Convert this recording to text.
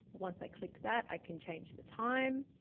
once i clicked that i can change the time,